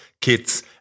kids